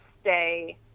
stay